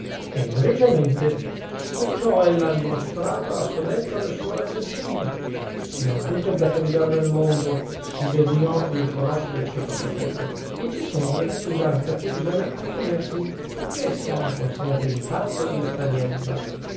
egregiamente con ciò ella ha dimostrata la sodezza del suo raziocinio non tutto è da cangiare nel mondo si degnò di riconoscere il sottoprefetto e ci sono delle vecchie usanze a cui bisogna attenersi perchè esse hanno con sè il rincalzo dell'esperienza